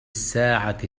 الساعة